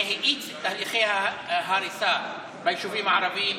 זה האיץ את תהליכי ההריסה ביישובים הערביים,